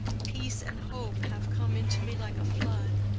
peace and hope have come into me like a flood.